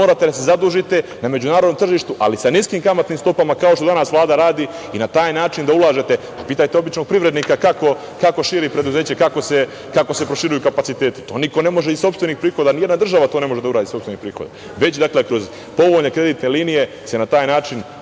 morate da se zadužite na međunarodnom tržištu, ali sa niskim kamatnim stopama kao što danas Vlada radi i na taj način da ulažete. Pitajte običnog privrednika kako širi preduzeće, kako se proširuju kapaciteti. To niko ne može iz sopstvenih prihoda, ni jedna država to ne može da uradi iz sopstvenih prihoda, već kroz povoljne kreditne linije se na taj način